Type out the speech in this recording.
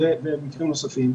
ובמקרים נוספים.